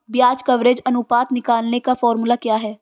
ब्याज कवरेज अनुपात निकालने का फॉर्मूला क्या है?